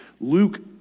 Luke